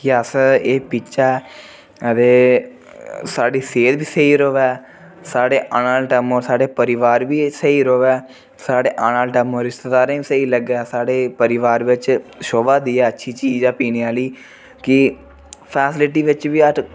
कि अस एह् पीचै ते साढ़ी सेह्त बी स्हेई रवै साढ़े आने आह्ले टैम उप्पर साढ़े परिवार बी एह् स्हेई रवै साढ़े आने आह्ले टैम उप्पर रिश्तेदारें बी स्हेई लग्गै साढ़े परिवार बिच्च शोभा देयै अच्छी चीज़ ऐ पीने आहली कि फैसिलिटी बिच्च बी अस